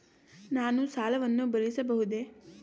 ನಾನು ಸಾಲವನ್ನು ಭರಿಸಬಹುದೇ?